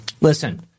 listen